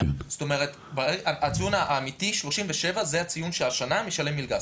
הציון האמיתי 37 זה הציון שהשנה משלם מלגה.